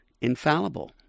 infallible